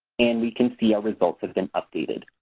and we can see our results have been updated.